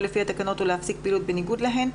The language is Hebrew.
לפי התקנות או להפסיק פעילות בניגוד להן.